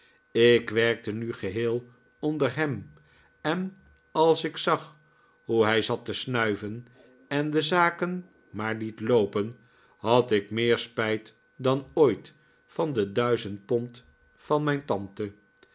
ik werkte nu geheel onder hem en als ik zag hoe hij zat te snuiven en de zaken maar liet loopen had ik meer spijt dan ooit van de duizend pond van miin tante